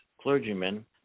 clergymen